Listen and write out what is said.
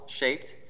shaped